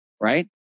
right